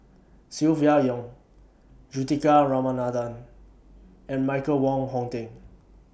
Silvia Yong Juthika Ramanathan and Michael Wong Hong Teng